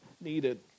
needed